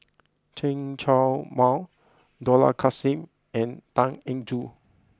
Chen Show Mao Dollah Kassim and Tan Eng Joo